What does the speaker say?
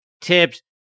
tips